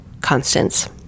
constants